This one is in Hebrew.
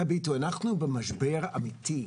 תביטו, אנחנו במשבר אמיתי.